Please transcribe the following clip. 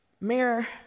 Mayor